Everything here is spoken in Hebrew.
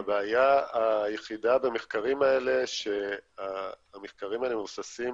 הבעיה היחידה במחקרים האלה היא שהמחקרים האלה מבוססים